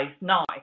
now